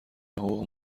حقوق